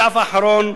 בדף האחרון,